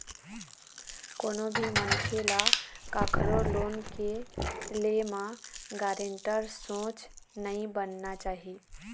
कोनो भी मनखे ल कखरो लोन के ले म गारेंटर सोझ नइ बनना चाही